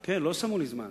כן, לא שמו לי זמן.